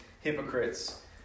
hypocrites